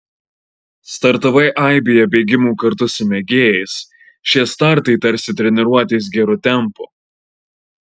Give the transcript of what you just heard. startavai aibėje bėgimų kartu su mėgėjais šie startai tarsi treniruotės geru tempu